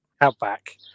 Outback